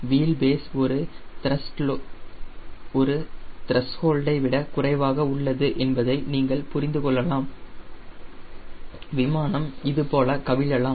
wheel base ஒரு த்ரஸ்ஹோல்டை விட குறைவாக உள்ளது என்பதை நீங்கள் புரிந்துகொள்ளலாம் விமானம் இதுபோல கவிழலலாம்